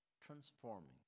transforming